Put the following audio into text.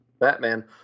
Batman